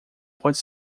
pode